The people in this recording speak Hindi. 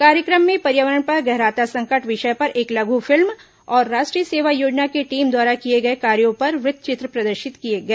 कार्यक्रम में पर्यावरण पर गहराता संकट विषय पर एक लघु फिल्म और राष्ट्रीय सेवा योजना की टीम द्वारा किए गए कार्यों पर वृत्त चित्र प्रदर्शित किए गए